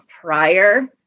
prior